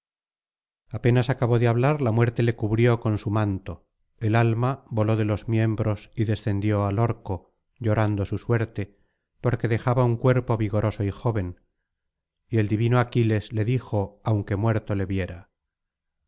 apenas acabó de hablar la muerte le cubrió con su manto el alma voló de los miembros y descendió al orco llorando su suerte porque dejaba un cuerpo vigoroso y joven y el divino aquiles le dijo aunque muerto le viera